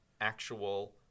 actual